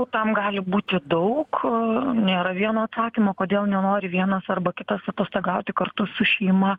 tam gali būti daug nėra vieno atsakymo kodėl nenori vienas arba kitas atostogauti kartu su šeima